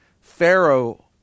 Pharaoh